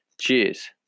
Cheers